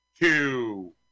two